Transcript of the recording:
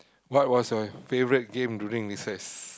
what was your favourite game during recess